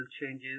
changes